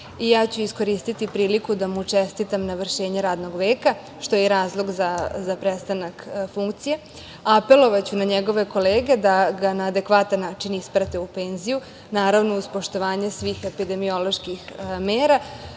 i iskoristiću priliku da mu čestitam navršenje radnog veka, što je i razlog za prestanak funkcije. Apelovaću na njegove kolege da ga na adekvatan način isprate u penziju, naravno, uz poštovanje svih epidemioloških mera.